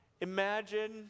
imagine